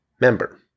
member